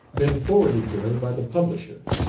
been forwarded to her by the publisher.